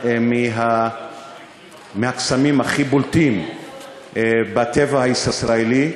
מהקסמים הכי בולטים בטבע הישראלי,